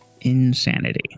Insanity